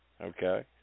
Okay